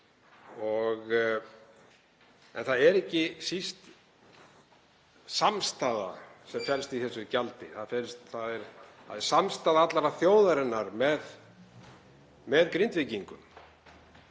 En það er ekki síst samstaða sem felst í þessu gjaldi, samstaða allrar þjóðarinnar með Grindvíkingum,